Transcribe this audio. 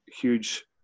huge